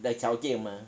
的条件 mah